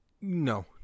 No